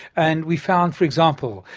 and we found, for example,